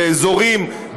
באזורים,